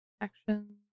action